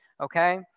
okay